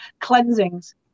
cleansings